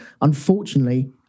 Unfortunately